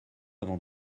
avant